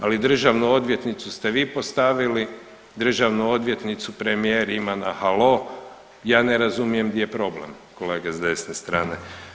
Ali državnu odvjetnicu ste vi postavili, državnu odvjetnicu premijer ima na halo, ja ne razumijem gdje je problem kolega s desne strane.